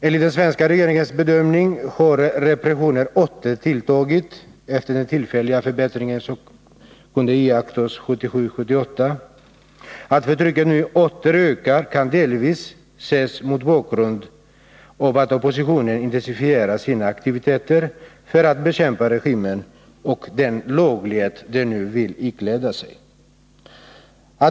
Enligt den svenska regeringens bedömning har repressionen åter tilltagit efter den tillfälliga förbättring som kunde iakttas 1977-1978. Att förtrycket nu åter ökar kan delvis ses mot bakgrund av att oppositionen har intensifierat sina aktiviteter för att bekämpa regimen och den laglighet den nu vill ikläda sig.